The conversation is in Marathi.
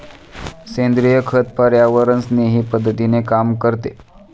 सेंद्रिय खत पर्यावरणस्नेही पद्धतीने काम करते